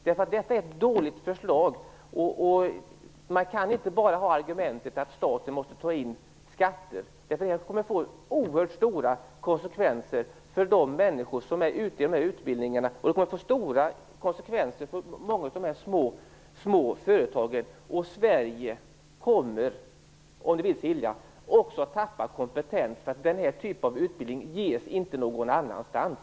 Det är fråga om ett dåligt förslag. Man kan inte bara ha argumentet att staten måste ta in skatter, eftersom det här kommer att få oerhört stora konsekvenser för dem som genomgår dessa utbildningar och för många små företag. Dessutom kommer Sverige, om det går illa, att tappa kompetens. Den här typen av utbildning ges inte någon annanstans.